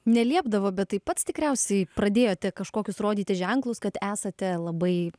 neliepdavo bet tai pats tikriausiai pradėjote kažkokius rodyti ženklus kad esate labai